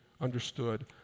understood